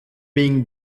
being